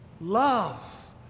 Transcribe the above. love